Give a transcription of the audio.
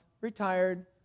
retired